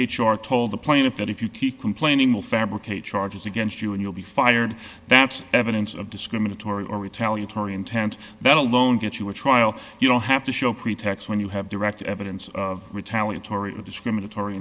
r told the plaintiff that if you keep complaining will fabricate charges against you and you'll be fired that's evidence of discriminatory or retaliatory intent that alone gets you a trial you don't have to show pretext when you have direct evidence of retaliatory discriminatory